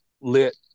lit